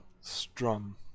Strum